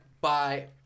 Bye